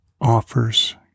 offers